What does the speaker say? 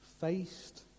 Faced